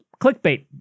clickbait